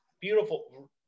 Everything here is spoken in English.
Beautiful